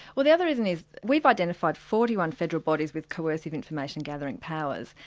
well the other reason is, we've identified forty one federal bodies with coercive information gathering powers,